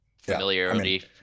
familiarity